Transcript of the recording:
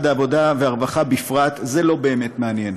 העבודה והרווחה בפרט זה לא באמת מעניין.